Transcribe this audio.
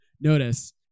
notice